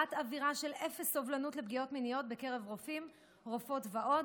יצירת אווירה של אפס סובלנות לפגיעות מיניות בקרב רופאים ורופאות ועוד.